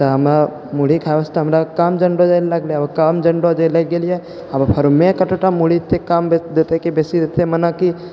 तऽ हमे मुरही खाइ वास्ते हमरा कम जन्दो जे लगलै कम जन्दो जे लइके गेलियै आब फेरो कत्ते टा कम मुरही देतै कि बेसी देतै मनेकि